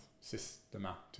systematically